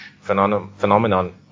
phenomenon